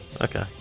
Okay